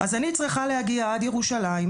אז אני צריכה להגיע עד ירושלים,